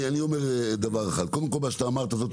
אני אומר דבר אחד, קודם כל מה שאמרת זאת